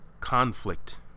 conflict